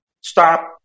Stop